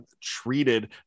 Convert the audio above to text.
treated